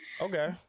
okay